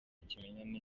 ikimenyane